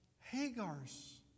Hagar's